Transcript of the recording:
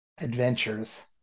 adventures